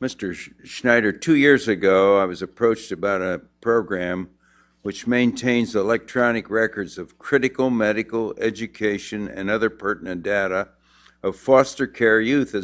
mr schneider two years ago i was approached about a program which maintains electronic records of critical medical education and other pertinent data of foster care youth